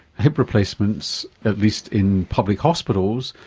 hip replacements, at least in public hospitals,